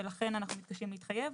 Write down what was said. ולכן אנחנו מתקשים להתחייב,